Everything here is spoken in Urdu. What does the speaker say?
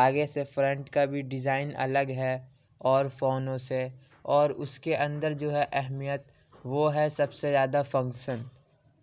آگے سے فرنٹ کا بھی ڈیزائن الگ ہے اور فونوں سے اور اس کے اندر جو ہے اہمیت وہ ہے سب سے زیادہ فنکشن